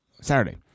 Saturday